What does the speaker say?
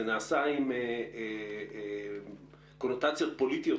זה נעשה עם קונוטציות פוליטיות,